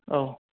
औ